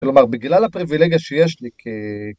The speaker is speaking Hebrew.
כלומר, בגלל הפריבילגיה שיש לי כ...